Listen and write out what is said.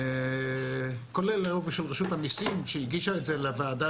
כולל רשות המיסים שהגישה את זה לוועדה